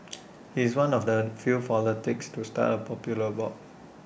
he's one of the first few politicians to start A popular blog